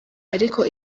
ariko